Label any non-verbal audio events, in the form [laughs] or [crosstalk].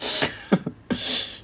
[laughs]